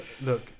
look